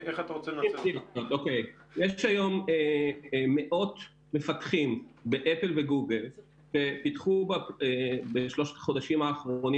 יש היום מאות מפתחים באפל וגוגל שפיתחו בחודשים האחרונים